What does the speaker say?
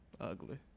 Ugly